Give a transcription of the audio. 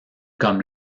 comme